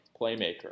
playmaker